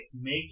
make